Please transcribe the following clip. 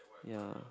yea